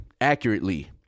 accurately